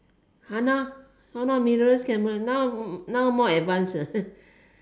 !hannor! !hannor! cameras now now more advanced